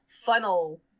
funnel